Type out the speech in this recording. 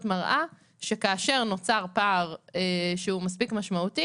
מראה שכאשר נוצר פער שהוא מספיק משמעות,